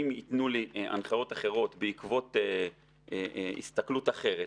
אם ייתנו לי הנחיות אחרות בעקבות הסתכלות אחרת,